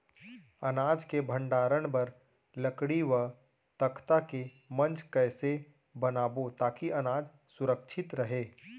अनाज के भण्डारण बर लकड़ी व तख्ता से मंच कैसे बनाबो ताकि अनाज सुरक्षित रहे?